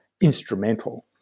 instrumental